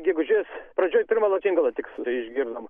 gegužės pradžioj pirmą lakštingalą tik išgirdom